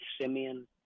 Simeon